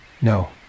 No